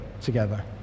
together